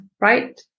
right